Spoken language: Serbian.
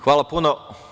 Hvala puno.